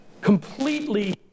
completely